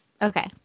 Okay